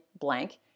blank